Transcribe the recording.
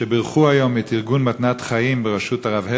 שבירכו היום את ארגון "מתנת חיים" בראשות הרב הבר,